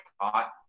hot